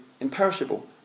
imperishable